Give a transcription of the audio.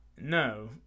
no